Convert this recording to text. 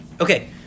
Okay